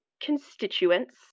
constituents